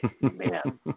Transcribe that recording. Man